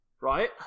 Right